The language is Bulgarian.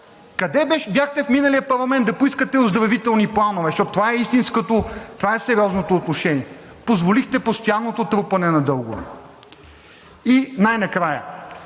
Къде бяхте в миналия парламент да поискате оздравителни планове, защото това е истинското, това е сериозното отношение. Позволихте постоянното трупане на дългове. И най-накрая,